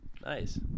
Nice